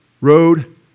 Road